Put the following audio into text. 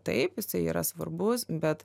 taip jisai yra svarbus bet